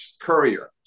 Courier